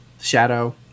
shadow